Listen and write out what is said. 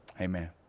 Amen